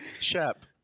Shep